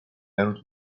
jäänud